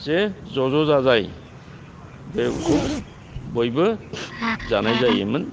जे जज' जाजाय बेखौ बयबो जानाय जायोमोन